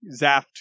Zaft